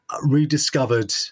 rediscovered